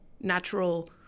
natural